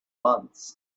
months